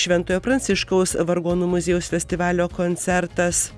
šventojo pranciškaus vargonų muziejaus festivalio koncertas